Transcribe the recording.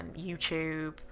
YouTube